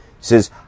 says